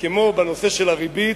כמו בנושא של הריבית,